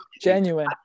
genuine